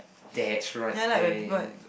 that's right man